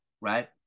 right